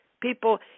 people